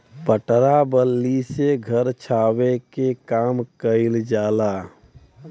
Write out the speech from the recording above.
पटरा बल्ली से घर छावे के काम कइल जाला